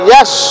Yes